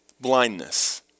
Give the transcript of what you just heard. blindness